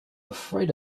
afraid